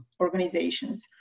organizations